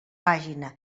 pàgina